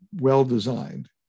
well-designed